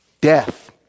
Death